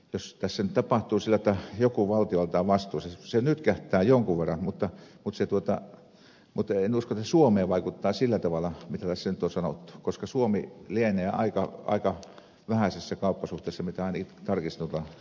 jos tässä nyt tapahtuu sillä lailla että joku valtio laitetaan vastuuseen se nytkähtää jonkun verran mutta en usko että se suomeen vaikuttaa sillä tavalla mitä tässä nyt on sanottu koska suomi lienee aika vähäisissä kauppasuhteissa mitä tarkistin tuolta kreikan kanssa